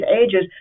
ages